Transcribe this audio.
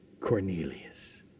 Cornelius